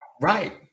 Right